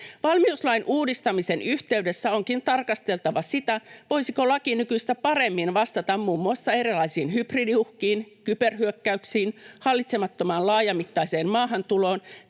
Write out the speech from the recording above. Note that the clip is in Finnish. Valmiuslain uudistamisen yhteydessä onkin tarkasteltava sitä, voisiko laki nykyistä paremmin vastata muun muassa erilaisiin hybridiuhkiin, kyberhyökkäyksiin, hallitsemattomaan laajamittaiseen maahantuloon